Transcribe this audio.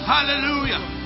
Hallelujah